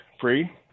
free